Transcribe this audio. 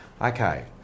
Okay